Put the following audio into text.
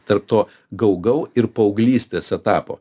tarp to gau gay ir paauglystės etapo